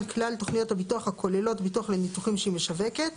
כלל תוכניות הביטוח הכוללות ביטוח לניתוחים שהיא משווקת,